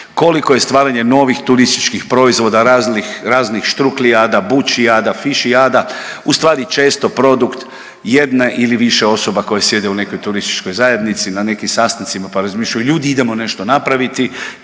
koliko je stvaranje novih turističkih proizvoda, raznih, raznih štruklijada, bučijada, fišijada ustvari često produkt jedne ili više osoba koje sjede u nekoj turističkoj zajednici, na nekim sastancima, pa razmišljaju ljudi idemo nešto napraviti,